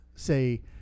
say